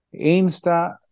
Insta